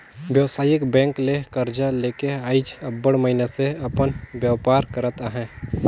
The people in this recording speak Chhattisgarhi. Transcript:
बेवसायिक बेंक ले करजा लेके आएज अब्बड़ मइनसे अपन बयपार करत अहें